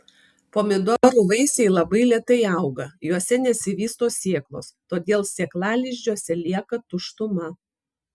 pomidorų vaisiai labai lėtai auga juose nesivysto sėklos todėl sėklalizdžiuose lieka tuštuma